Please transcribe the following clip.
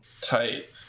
Tight